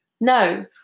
no